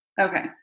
okay